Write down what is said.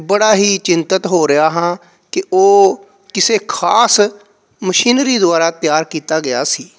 ਬੜਾ ਹੀ ਚਿੰਤਤ ਹੋ ਰਿਹਾ ਹਾਂ ਕਿ ਉਹ ਕਿਸੇ ਖ਼ਾਸ ਮਸ਼ੀਨਰੀ ਦੁਆਰਾ ਤਿਆਰ ਕੀਤਾ ਗਿਆ ਸੀ